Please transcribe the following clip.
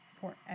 forever